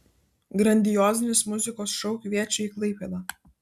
grandiozinis muzikos šou kviečia į klaipėdą